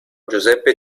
giuseppe